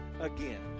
again